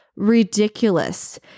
ridiculous